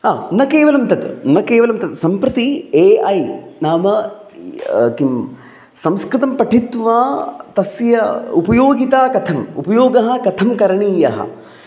हा न केवलं तत् न केवलं तत् सम्प्रति ए ऐ नाम किं संस्कृतं पठित्वा तस्य उपयोगिता कथम् उपयोगः कथं करणीयः